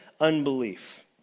unbelief